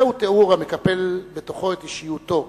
זהו תיאור המקפל בתוכו את אישיותו: